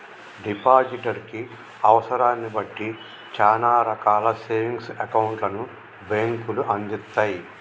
depositor కి అవసరాన్ని బట్టి చానా రకాల సేవింగ్స్ అకౌంట్లను బ్యేంకులు అందిత్తయ్